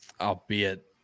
Albeit